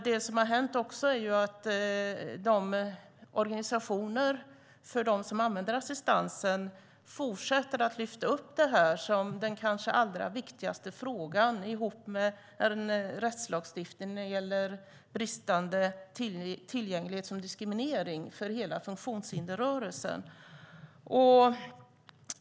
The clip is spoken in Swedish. Det som har hänt är att organisationerna för dem som använder assistansen fortsätter att lyfta fram det här som den kanske allra viktigaste frågan ihop med rättslagstiftningen när det gäller bristande tillgänglighet som diskriminering av hela funktionshindersrörelsen.